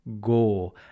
go